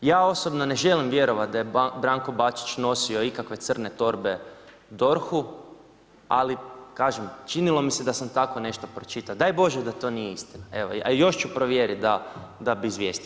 Ja osobno ne želim vjerovat da je Branko Bačić nosio ikakve crne torbe DORH-u, ali kažem, činilo mi se da sam tako nešto pročitao, daj Bože da to nije istina, evo, još ću provjerit da bi izvijestio.